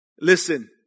Listen